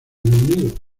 unido